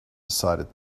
decided